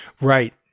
Right